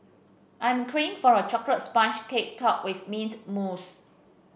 I am craving for a chocolate sponge cake topped with mint mousse